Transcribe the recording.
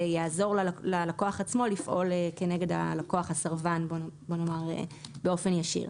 יעזור ללקוח עצמו לפעול כנגד הלקוח הסרבן באופן ישיר.